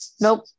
Nope